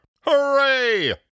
Hooray